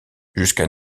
jusqu’à